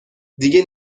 دیگه